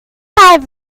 five